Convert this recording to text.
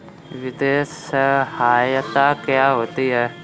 वित्तीय सहायता क्या होती है?